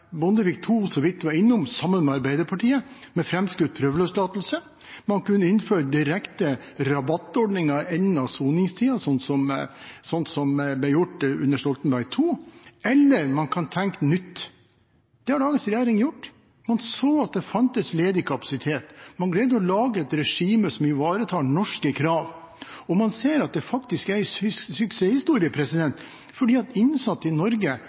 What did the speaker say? Bondevik II så vidt var innom sammen med Arbeiderpartiet, med framskutt prøveløslatelse, man kunne innføre direkte rabattordninger i enden av soningstiden, slik som det ble gjort under Stoltenberg II, eller man kunne tenke nytt. Det har dagens regjering gjort. Man så at det fantes ledig kapasitet. Man greide å lage et regime som ivaretar norske krav. Og man ser at det faktisk er en suksesshistorie, fordi innsatte i Norge